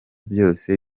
byose